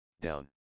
down